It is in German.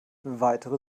weitere